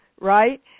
right